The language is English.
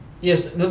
yes